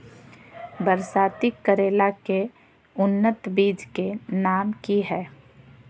बरसाती करेला के उन्नत बिज के नाम की हैय?